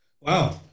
Wow